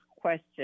question